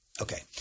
Okay